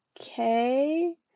okay